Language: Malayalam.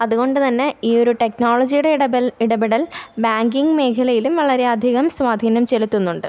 അതുകൊണ്ട് തന്നെ ഈ ഒരു ടെക്നോളജിയുടെ ഇടപെൽ ഇടപെടൽ ബാങ്കിങ് മേഖലയിലും വളരെയധികം സ്വാധീനം ചെലുത്തുന്നുണ്ട്